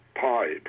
pipe